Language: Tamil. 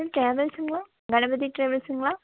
மேம் டிராவல்ஸுங்களா கணபதி டிராவல்ஸுங்களா